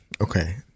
Okay